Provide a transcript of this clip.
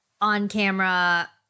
on-camera